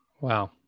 Wow